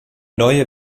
neue